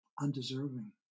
undeserving